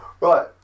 Right